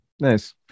Nice